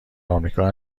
آمریکا